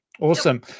awesome